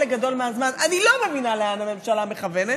גדול מהזמן אני לא מבינה לאן הממשלה מכוונת,